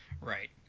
Right